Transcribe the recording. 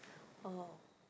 oh